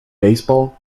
baseball